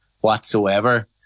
whatsoever